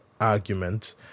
argument